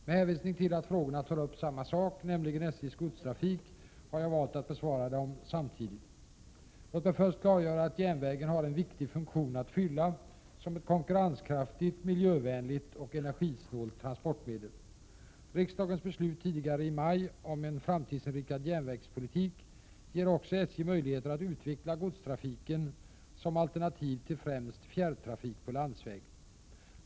Med hänvisning till att frågorna tar upp samma sak, nämligen SJ:s godstrafik, har jag valt att besvara dem samtidigt. Låt mig först klargöra att järnvägen har en viktig funktion att fylla som ett konkurrenskraftigt, miljövänligt och energisnålt transportmedel. Riksdagens beslut tidigare i maj om en framtidsinriktad järnvägspolitik ger också SJ möjligheter att utveckla godstrafiken som alternativ till främst fjärrtrafik på landsväg.